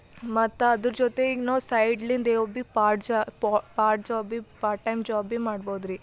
ಮತ್ತು ಅದ್ರ ಜೊತೆ ಈಗ ನಾವು ಸೈಡ್ಲಿಂದ ಯಾವು ಬಿ ಪಾರ್ಟ್ ಜಾ ಪೊ ಪಾರ್ಟ್ ಜಾಬ್ ಬಿ ಪಾರ್ಟ್ ಟೈಮ್ ಜಾಬ್ ಬಿ ಮಾಡ್ಬೋದ್ರೀ